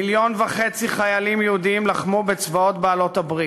מיליון וחצי חיילים יהודים לחמו בצבאות בעלות-הברית,